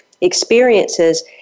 experiences